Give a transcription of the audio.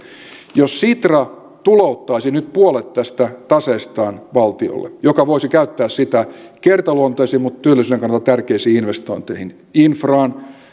jos sitra tulouttaisi nyt puolet tästä taseestaan valtiolle joka voisi käyttää sitä kertaluontoisiin mutta työllisyyden kannalta tärkeisiin investointeihin infraan